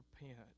repent